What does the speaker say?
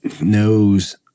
knows